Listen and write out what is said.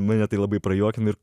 mane tai labai prajuokino ir